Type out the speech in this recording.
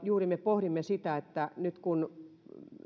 juuri pohdimme sitä että nyt kun